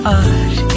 art